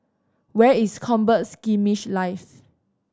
where is Combat Skirmish Live